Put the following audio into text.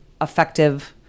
effective